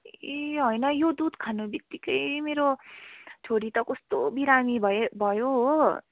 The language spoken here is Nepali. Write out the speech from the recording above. ए होइन यो दुध खानु बित्तिकै मेरो छोरी त कस्तो बिरामी भयो भयो हो